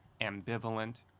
Ambivalent